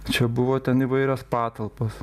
čia buvo ten įvairios patalpos